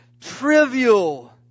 trivial